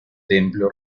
templo